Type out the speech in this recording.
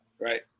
Right